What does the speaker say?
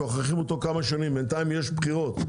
שוכחים אותו כמה שנים ובינתיים יש בחירות,